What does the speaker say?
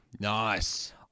Nice